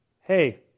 hey